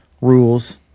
rules